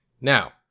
Now